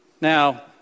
Now